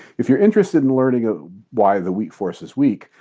if you're interested in learning ah why the weak force is weak,